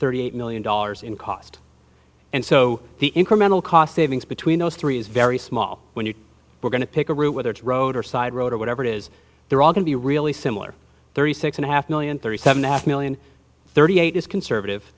thirty eight million dollars in cost and so the incremental cost savings between those three is very small when you were going to take a route whether it's road or side road or whatever it is they're all can be really similar thirty six and a half million thirty seven a half million thirty eight is conservative